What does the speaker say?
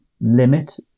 limit